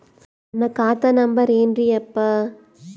ನನ್ನ ಖಾತಾ ನಂಬರ್ ಏನ್ರೀ ಯಪ್ಪಾ?